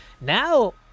Now